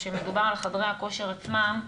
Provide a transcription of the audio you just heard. כשמדובר על חדרי הכושר עצמם,